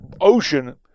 ocean